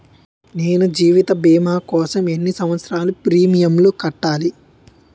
నేను జీవిత భీమా కోసం ఎన్ని సంవత్సారాలు ప్రీమియంలు కట్టాలి?